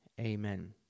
Amen